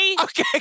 Okay